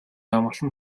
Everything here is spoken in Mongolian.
амгалан